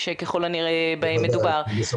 רונן, שמעת את השאלה שהעלה שון?